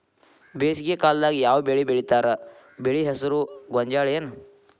ಬೇಸಿಗೆ ಕಾಲದಾಗ ಯಾವ್ ಬೆಳಿ ಬೆಳಿತಾರ, ಬೆಳಿ ಹೆಸರು ಗೋಂಜಾಳ ಏನ್?